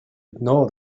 ignore